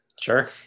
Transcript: Sure